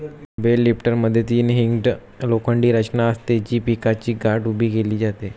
bell लिफ्टरमध्ये तीन hinged लोखंडी रचना असते, जी पिकाची गाठ उभी केली जाते